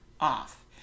off